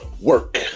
work